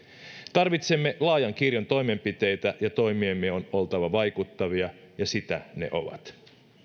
tarvitsemme laajan kirjon toimenpiteitä ja toimiemme on oltava vaikuttavia ja sitä ne ovat